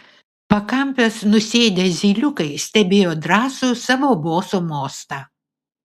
pakampes nusėdę zyliukai stebėjo drąsų savo boso mostą